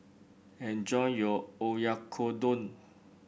enjoy your Oyakodon